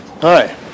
Hi